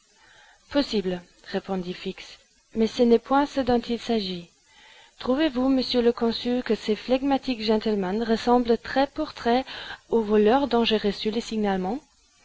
possible répondit fix mais ce n'est point ce dont il s'agit trouvez-vous monsieur le consul que ce flegmatique gentleman ressemble trait pour trait au voleur dont j'ai reçu le signalement